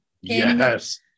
Yes